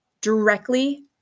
directly